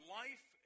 life